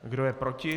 Kdo je proti?